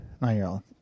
nine-year-old